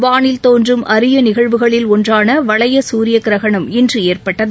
வானில் தோன்றும் அரியநிகழ்வுகளில் ஒன்றானவளையசூரியகிரகணம் இன்றுஏற்பட்டது